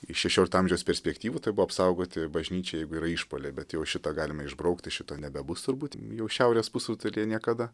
iš šešiolikto amžiaus perspektyvų tai buvo apsaugoti bažnyčią jeigu yra išpuoliai bet jau šitą galime išbraukti šito nebebus turbūt jau šiaurės pusrutulyje niekada